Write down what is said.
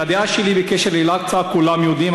את הדעה שלי בקשר לאל-אקצא כולם יודעים,